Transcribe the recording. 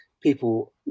people